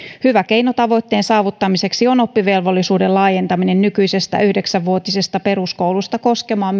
hyvä keino tavoitteen saavuttamiseksi on oppivelvollisuuden laajentaminen nykyisestä yhdeksänvuotisesta peruskoulusta koskemaan